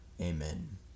Amen